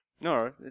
No